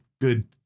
good